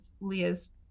Leah's